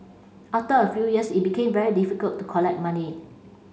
after a few years it became very difficult to collect money